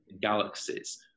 galaxies